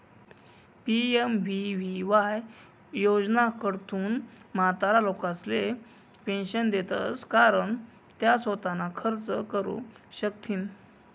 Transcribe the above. PMVVY योजनाकडथून म्हातारा लोकेसले पेंशन देतंस कारण त्या सोताना खर्च करू शकथीन